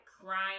crying